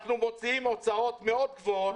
יש לנו הוצאות גבוהות מאוד,